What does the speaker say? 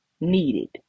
needed